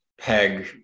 peg